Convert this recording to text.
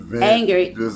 angry